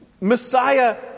Messiah